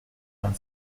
vingt